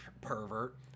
pervert